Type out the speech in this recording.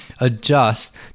adjust